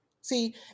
See